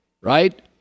right